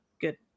Good